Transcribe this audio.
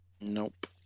Nope